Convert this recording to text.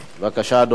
בבקשה, אדוני.